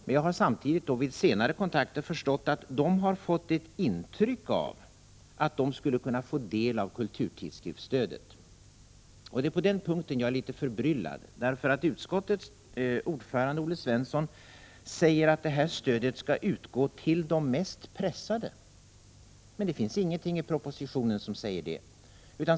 Vid senare kontakter har jag dock förstått att de har fått ett intryck av att de skulle kunna få del av kulturtidskriftsstödet. På den punkten är jag litet förbryllad, därför att utskottets ordförande Olle Svensson säger att detta stöd skall utgå till de mest pressade. Det finns ingenting i propositionen som säger det.